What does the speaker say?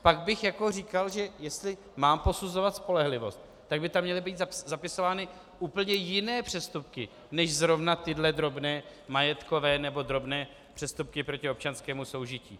Pak bych říkal, jestli mám posuzovat spolehlivost, tak by tam měly být zapisovány úplně jiné přestupky než zrovna tyhle drobné majetkové nebo drobné přestupky proti občanskému soužití.